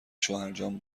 شوهرجان